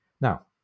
Now